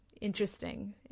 interesting